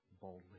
boldly